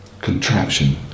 contraption